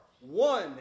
One